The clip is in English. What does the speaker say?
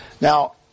Now